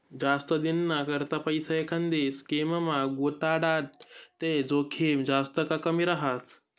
जास्त दिनना करता पैसा एखांदी स्कीममा गुताडात ते जोखीम जास्त का कमी रहास